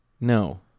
No